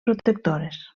protectores